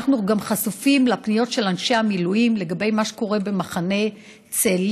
אנחנו גם חשופים לפניות של אנשי המילואים לגבי מה שקורה במחנה צאלים,